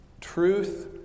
truth